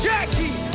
Jackie